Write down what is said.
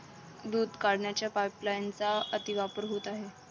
दूध काढण्याच्या पाइपलाइनचा अतिवापर होत आहे